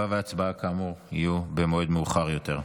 כאמור, תשובה והצבעה יהיו במועד מאוחר יותר.